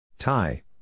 Tie